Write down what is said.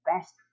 best